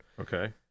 Okay